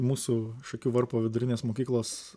mūsų šakių varpo vidurinės mokyklos